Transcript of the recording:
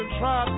try